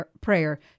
prayer